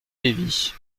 lévis